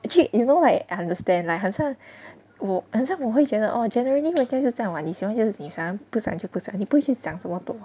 actually you know like I understand like 很像我很像目前 or generally 会真是这样 [what] 你喜欢就喜欢不喜欢就不喜欢你不会去想这么多